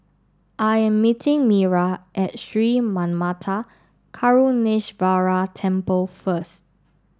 I am meeting Mira at Sri Manmatha Karuneshvarar Temple first